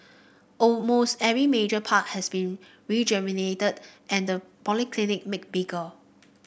almost every major park has been rejuvenated and the polyclinic made bigger